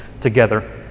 together